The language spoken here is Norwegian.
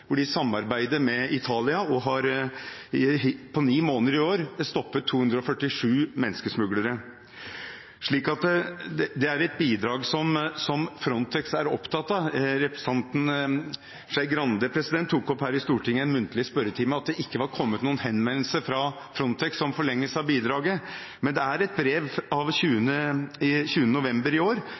hvor man samarbeider med Italia og på ni måneder i år har stoppet 247 menneskesmuglere. Det er et bidrag som Frontex er opptatt av. Representanten Skei Grande tok opp her i Stortinget i en muntlig spørretime at det ikke var kommet noen henvendelse fra Frontex om forlengelse av bidraget. Men i et brev av 20. november i år